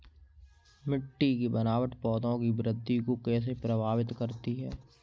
मिट्टी की बनावट पौधों की वृद्धि को कैसे प्रभावित करती है?